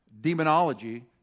demonology